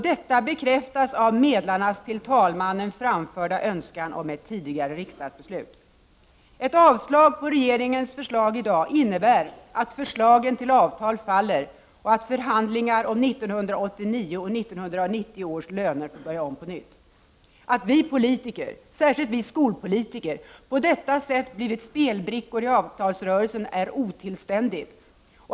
Detta bekräftas av medlarnas till talmannen framförda önskan om ett tidigare riksdagsbeslut. Ett avslag på regeringens förslag i dag innebär att förslagen till avtal faller och att förhandlingar om 1989 och 1990 års löner får börja om på nytt. Att vi politiker, särskilt vi skolpolitiker, på detta sätt har blivit spelbrickor i avtalsrörelsen är otillständigt.